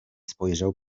spojrzał